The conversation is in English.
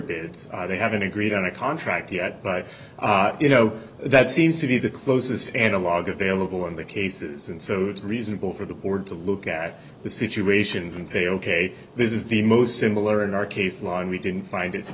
bids they haven't agreed on a contract yet but you know that seems to be the closest analogue available in the cases and so it's reasonable for the board to look at the situations and say ok this is the most similar in our case law and we didn't find it to